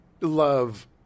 love